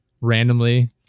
randomly